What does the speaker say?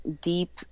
deep